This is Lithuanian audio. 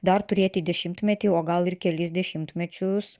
dar turėti dešimtmetį o gal ir kelis dešimtmečius